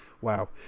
Wow